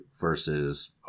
versus